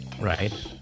Right